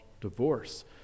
divorce